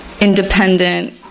independent